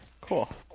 Cool